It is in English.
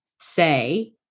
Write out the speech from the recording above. say